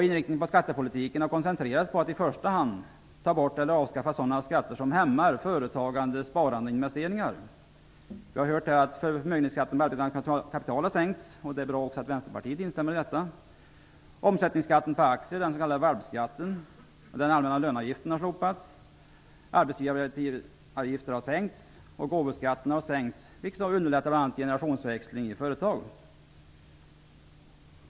Inriktningen av skattepolitiken är i första hand att sänka eller avskaffa sådana skatter som hämmar företagande, sparande och investeringar. Vi har hört att förmögenhetsskatten på arbetande kapital har sänkts. Det är bra att Vänsterpartiet instämmer i detta. Omsättningsskatten på aktier -- den s.k. valpskatten -- och den allmänna löneavgiften har slopats. Arbetsgivaravgifter har sänkts liksom gåvoskatten. Det underlättar bl.a.